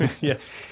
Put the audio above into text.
Yes